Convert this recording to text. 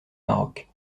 maroc